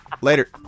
Later